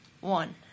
One